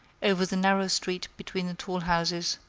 over the narrow street between the tall houses,